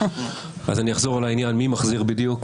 אז אני אחזור על העניין: מי מחזיר בדיוק?